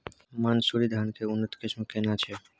मानसुरी धान के उन्नत किस्म केना छै?